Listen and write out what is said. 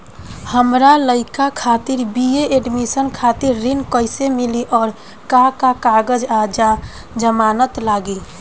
हमार लइका खातिर बी.ए एडमिशन खातिर ऋण कइसे मिली और का का कागज आ जमानत लागी?